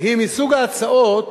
היא מסוג ההצעות